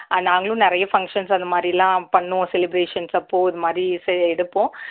ஆ நாங்களும் நிறைய ஃபங்க்ஷன்ஸ் அந்தமாதிரிலாம் பண்ணுவோம் செலிப்ரேஷன்ஸ் அப்போது இதுமாதிரி சே எடுப்போம்